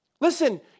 Listen